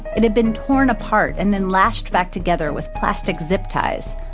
it had been torn apart, and then lashed back together with plastic zip ties.